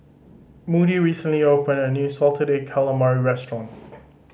Moody recently opened a new salted egg calamari restaurant